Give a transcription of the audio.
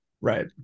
right